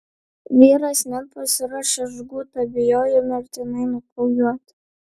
vyras net pasiruošė žgutą bijojo mirtinai nukraujuoti